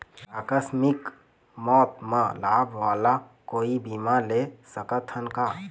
आकस मिक मौत म लाभ वाला कोई बीमा ले सकथन का?